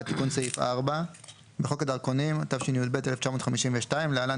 1. תיקון סעיף 4. בחוק הדרכונים התשי"ב-1952 (להלן,